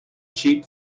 cheap